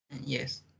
yes